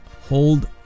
hold